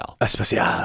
Especial